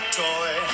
toy